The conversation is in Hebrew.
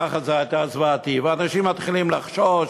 ככה זה היה, זוועתי, ואנשים מתחילים לחשוש